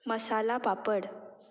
masala papad